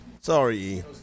sorry